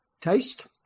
taste